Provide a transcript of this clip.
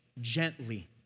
gently